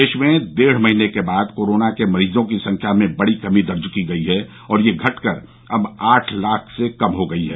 देश में डेढ महीने के बाद कोरोना के मरीजों की संख्या में बडी कमी दर्ज की गई है और यह घटकर अब आठ लाख से कम रह गई है